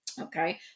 Okay